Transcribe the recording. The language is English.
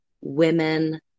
women